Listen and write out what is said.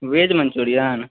veg Manchurian